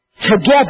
Together